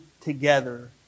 together